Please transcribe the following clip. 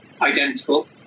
identical